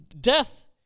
Death